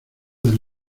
del